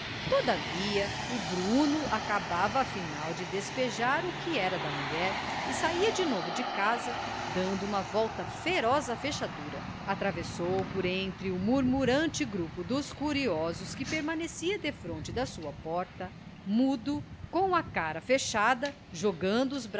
todavia o bruno acabava de despejar o que era da mulher e saia de novo de casa dando uma volta feroz à fechadura atravessou por entre o murmurante grupo dos curiosos que permaneciam defronte de sua porta mudo com a cara fechada jogando